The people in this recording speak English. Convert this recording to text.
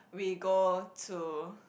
we go to